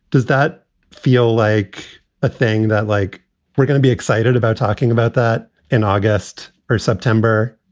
does that feel like a thing that like we're going to be excited about talking about that in august or september?